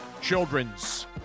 children's